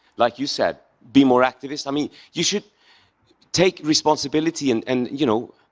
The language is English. like you said, be more activist. i mean you should take responsibility, and, and you know.